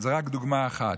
זאת רק דוגמה אחת.